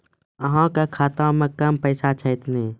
अहाँ के खाता मे कम पैसा छथिन?